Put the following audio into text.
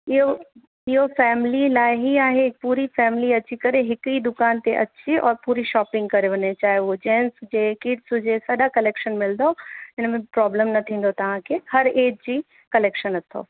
इहो इहो फ़ैमिलीअ लाइ ही आहे पूरी फ़ैमिली अची करे हिकु ई दुकान ते अची और पूरी शॉपिंग करे वञे चाहे उहो जेन्स हुजे किड्स हुजे सॼा कलेक्शन मिलंदव हिन में प्रॉब्लम न थींदव तव्हांखे हर एज जी कलेक्शन अथव